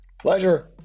Pleasure